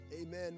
Amen